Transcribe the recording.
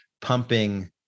pumping